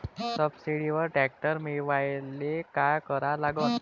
सबसिडीवर ट्रॅक्टर मिळवायले का करा लागन?